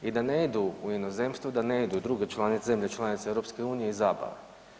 I da ne idu u inozemstvo, da ne idu u druge zemlje članice EU iz zabave.